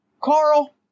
Carl